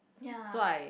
ya